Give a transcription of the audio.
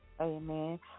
Amen